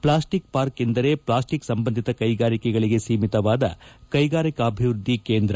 plastic park ಎಂದರೆ plastic ಸಂಬಂಧಿತ ಕೈಗಾರಿಕೆಗಳಿಗೆ ಸೀಮಿತವಾದ ಕೈಗಾರಿಕಾಭಿವೃದ್ಧಿ ಕೇಂದ್ರ